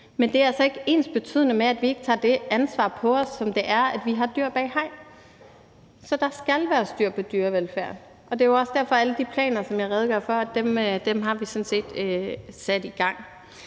Men det er altså ikke ensbetydende med, at vi ikke tager det ansvar – altså det, at vi har dyr bag hegn – på os. Så der skal være styr på dyrevelfærden, og det er jo også derfor, at vi sådan set har sat alle de planer, som jeg redegjorde for, i gang.